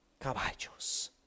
caballos